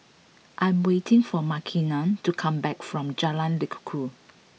I am waiting for Makenna to come back from Jalan Lekub